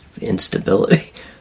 instability